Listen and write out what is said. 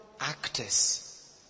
actors